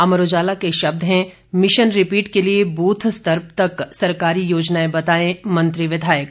अमर उजाला के शब्द हैं मिशन रिपीट के लिए ब्रथ स्तर तक सरकारी योजनाएं बताएं मंत्री विधायक